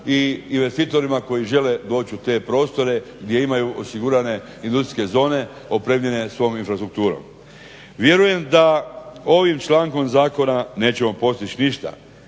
i investitorima koji žele doći u te prostore gdje imaju osigurane industrijske zone opremljene svom infrastrukturom. Vjerujem da ovim člankom zakona nećemo postići ništa,